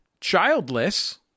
childless